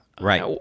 Right